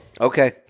Okay